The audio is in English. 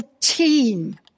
team